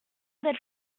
d’être